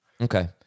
okay